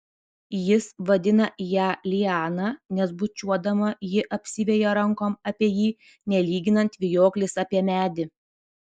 jis vadina ją liana nes bučiuodama ji apsiveja rankom apie jį nelyginant vijoklis apie medį